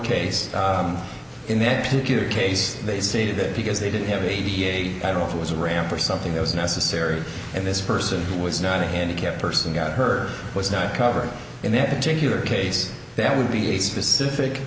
case in their peculiar case they say that because they didn't have a v a i don't know if it was a ramp or something that was necessary and this person who was not a handicapped person got her was not covered in that particular case that would be a specific